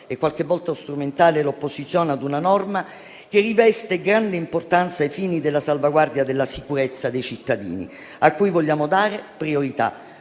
e qualche volta strumentale, l'opposizione ad una norma che riveste grande importanza ai fini della salvaguardia della sicurezza dei cittadini, cui vogliamo dare priorità,